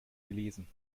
gelesen